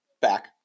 back